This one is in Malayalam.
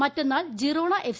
മറ്റെന്നാൾ ജിറോണ എഫ്